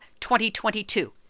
2022